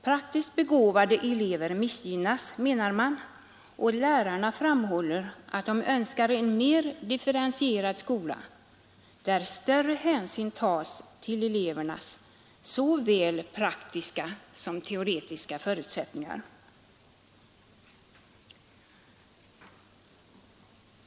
Praktiskt begåvade elever missgynnas, menar man. Lärarna framhåller att de önskar en mer differentierad skola, där större hänsyn tas till elevernas såväl praktiska som teoretiska förutsättningar.